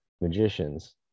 magicians